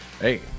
Hey